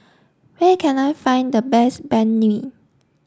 where can I find the best Banh Mi